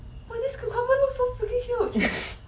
!wow! this cucumber looks so freaking huge